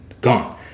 gone